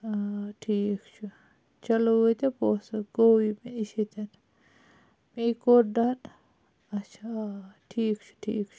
آ ٹھیٖک چھُ چَلو وٲتیٚہ پونٛسہٕ گوٚو یہِ مےٚ نِش ییٚتٮ۪ن مے کوٚر ڈَن اچھا آ ٹھیٖک چھُ ٹھیٖک چھُ